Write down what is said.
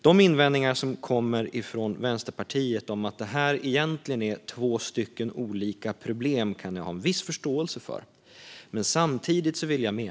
De invändningar som kommer från Vänsterpartiet om att detta egentligen är två olika problem kan jag ha en viss förståelse för.